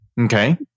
Okay